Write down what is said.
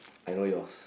I know yours